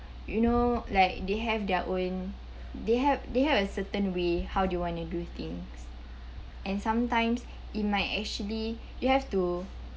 you know like they have their own they have they have a certain way how you wanna do things and sometimes it might actually you have to